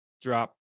drop